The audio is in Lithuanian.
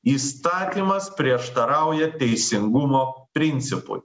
įstatymas prieštarauja teisingumo principui